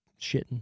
shitting